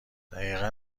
دقیقا